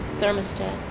Thermostat